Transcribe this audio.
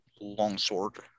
longsword